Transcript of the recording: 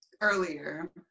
earlier